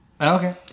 Okay